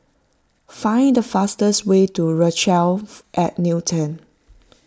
find the fastest way to Rochelle at Newton